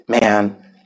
man